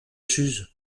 suse